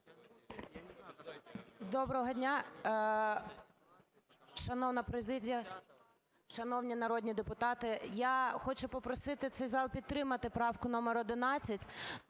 Доброго дня, шановна президія, шановні народні депутати. Я хочу попросити цей зал підтримати правку номер 11.